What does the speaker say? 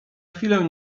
chwilę